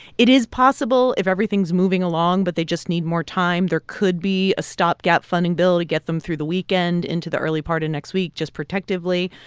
it is possible, if everything's moving along, but they just need more time, there could be a stopgap funding bill to get them through the weekend, into the early part of next week, just protectively.